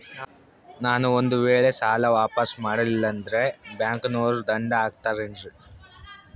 ನಾನು ಒಂದು ವೇಳೆ ಸಾಲ ವಾಪಾಸ್ಸು ಮಾಡಲಿಲ್ಲಂದ್ರೆ ಬ್ಯಾಂಕನೋರು ದಂಡ ಹಾಕತ್ತಾರೇನ್ರಿ?